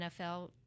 NFL